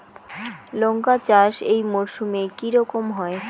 লঙ্কা চাষ এই মরসুমে কি রকম হয়?